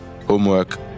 homework